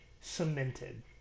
cemented